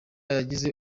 yagize